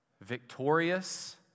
Victorious